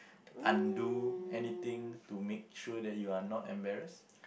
undo anything to make sure that you are not embarrassed